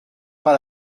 pas